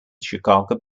chicago